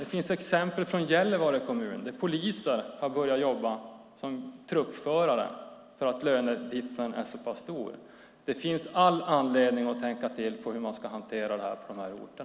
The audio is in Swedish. Det finns exempel från Gällivare kommun där poliser har börjat jobba som truckförare eftersom lönediffen är så stor. Det finns all anledning att tänka till i fråga om hur man ska hantera frågorna på dessa orter.